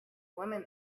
woman